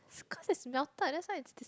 cause it's melted that's why it's dis~